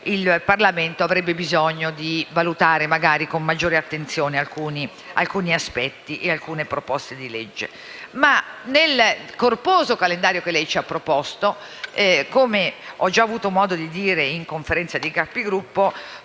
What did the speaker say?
il Parlamento avrebbe bisogno di valutare, magari con maggiore attenzione, alcuni aspetti e alcune proposte di legge. Nel corposo calendario che lei ci ha proposto, come ho già avuto modo di dire in Conferenza dei Capigruppo,